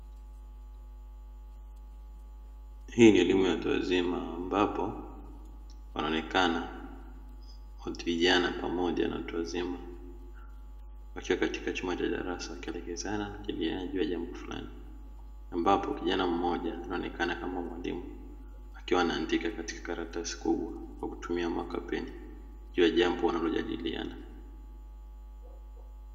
Hii ni elimu ya watu wazima ambapo wanaonekana vijana pamoja na watu wazima wakiwa katika chumba cha darasa wakielekezana na kujadiliana juu ya jambo fulani, ambapo kijana mmoja anaonekana kama mwalimu akiwa anaandika katika karatasi kubwa kwa kutumia "marker pen" juu ya jambo wanalojadiliana.